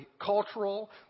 cultural